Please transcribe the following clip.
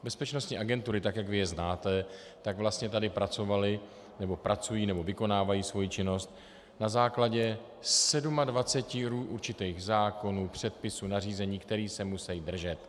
Bezpečnostní agentury, tak jak vy je znáte, vlastně tady pracovaly nebo pracují nebo vykonávají svoji činnost na základě 27 určitých zákonů, předpisů, nařízení, kterých se musejí držet.